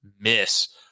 miss